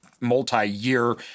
multi-year